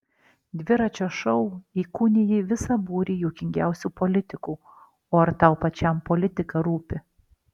dviračio šou įkūniji visą būrį juokingiausių politikų o ar tau pačiam politika rūpi